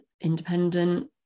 independent